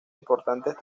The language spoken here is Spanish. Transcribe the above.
importantes